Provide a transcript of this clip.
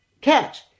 catch